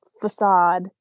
facade